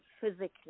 physically